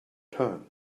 turn